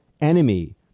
enemy